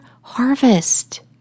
harvest